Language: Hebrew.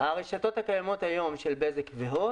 ברשתות הקיימות היום של בזק והוט